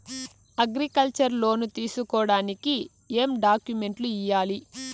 Agriculture loan తీసుకోడానికి ఏం డాక్యుమెంట్లు ఇయ్యాలి?